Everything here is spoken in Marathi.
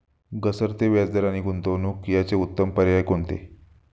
घसरते व्याजदर आणि गुंतवणूक याचे उत्तम पर्याय कोणते?